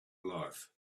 life